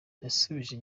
yasubije